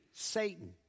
Satan